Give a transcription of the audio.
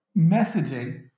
messaging